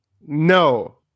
No